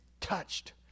touched